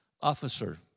Officer